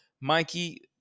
Mikey